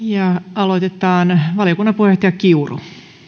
aloitetaan valiokunnan puheenjohtaja kiuru arvoisa puhemies